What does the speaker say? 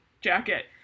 jacket